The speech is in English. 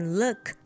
look